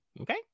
okay